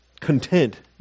content